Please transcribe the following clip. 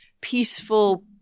peaceful